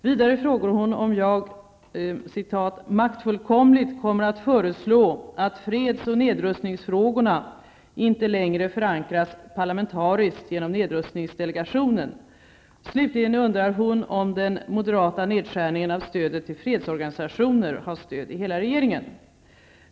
Vidare frågar hon om jag ''maktfullkomligt kommer att föreslå att freds och nedrustningsfrågorna inte längre brett förankras parlamentariskt genom nedrustningsdelegationen''. Slutligen undrar hon om ''den moderata nedskärningen av stödet till fredsorganisationer har stöd i hela regeringen''.